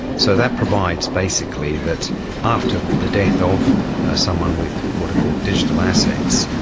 so that provides basically that after the death of someone with what are called digital assets,